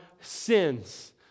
sins